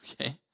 Okay